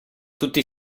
tutti